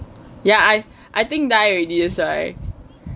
ya I I think die already that's right